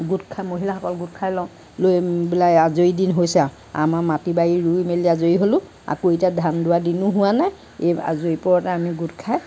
গোট খাই মহিলাসকল গোট খাই লওঁ লৈ পেলাই আজৰি দিন হৈছে আৰু আমাৰ মাটি বাৰী ৰুই মেলি আজৰি হ'লো আকৌ এতিয়া ধান ৰোৱা দিনো হোৱা নাই এই আজৰি পৰতে আমি গোট খাই